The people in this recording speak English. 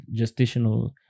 gestational